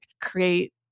create